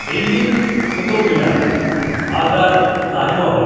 দিল্লির কুতুব মিনার আগ্রার তাজমহল